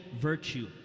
virtue